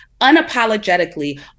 unapologetically